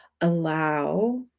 allow